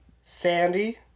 Sandy